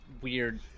weird